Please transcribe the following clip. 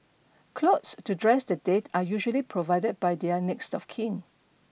clothes to dress the dead are usually provided by their next of kin